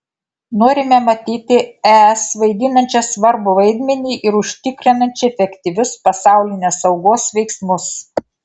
norime matyti es vaidinančią svarbų vaidmenį ir užtikrinančią efektyvius pasaulinės saugos veiksmus